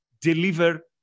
deliver